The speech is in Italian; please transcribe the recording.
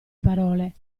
parole